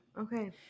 Okay